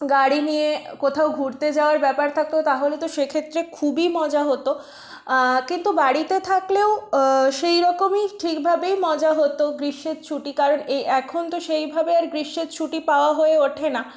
গাড়ি নিয়ে কোথাও ঘুরতে যাওয়ার ব্যাপার থাকতো তাহলে তো সেক্ষেত্রে খুবই মজা হত কিন্তু বাড়িতে থাকলেও সেইরকমই ঠিকভাবেই মজা হত গ্রীষ্মের ছুটি কারণ এই এখন তো সেইভাবে আর গ্রীষ্মের ছুটি পাওয়া হয়ে ওঠে না